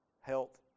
health